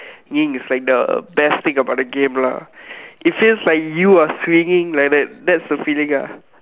ging thing is like the best thing about the game lah it feels like you are swinging like that thats the feeling lah